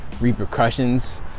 repercussions